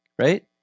right